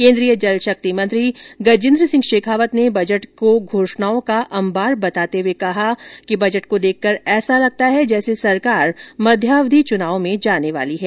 केंद्रीय जलशक्ति मंत्री गजेंद्र सिंह शेखावत ने बजट को घोषणाओं का अंबार बताते हुए कहा कि बजट को देखकर ऐसा लगता है कि जैसे सरकार मध्यावधि चुनाव में जाने वाली है